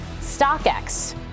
StockX